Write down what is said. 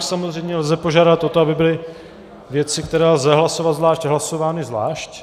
Samozřejmě lze požádat o to, aby byly věci, které lze hlasovat zvlášť, hlasovány zvlášť.